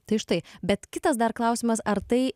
tai štai bet kitas dar klausimas ar tai